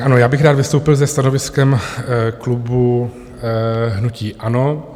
Ano, rád bych vystoupil se stanoviskem klubu hnutí ANO.